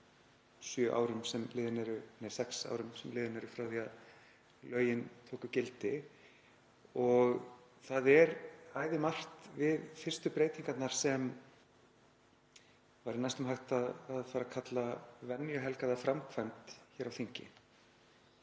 árum, á þessum sex árum sem liðin eru frá því að lögin tóku gildi. Það er æðimargt við fyrstu breytingarnar sem væri næstum hægt að fara að kalla venjuhelgaða framkvæmd hér á þingi.